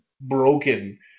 broken